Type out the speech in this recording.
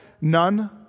none